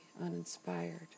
uninspired